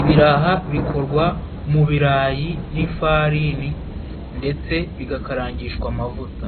Ibiraha bikorwa mu birarayi n'ifarini ndetse bigakarangishwa amavuta.